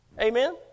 Amen